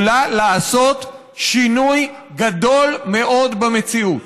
יכולה לעשות שינוי גדול מאוד במציאות.